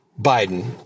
Biden